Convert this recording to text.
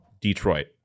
Detroit